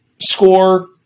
score